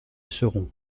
seront